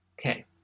Okay